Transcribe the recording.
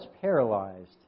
paralyzed